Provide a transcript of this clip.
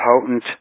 potent